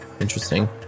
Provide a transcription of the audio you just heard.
interesting